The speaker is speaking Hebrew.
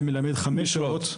מדובר על אנשים, על צוות.